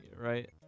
right